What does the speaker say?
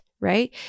right